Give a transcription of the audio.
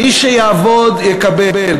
מי שיעבוד יקבל,